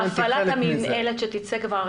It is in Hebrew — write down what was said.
הפעלת המינהלת שתצא כבר,